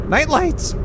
Nightlights